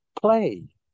play